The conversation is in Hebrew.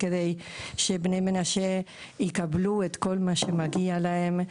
כדי שבני מנשה יקבלו את כל מה שמגיע להם.